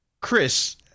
Chris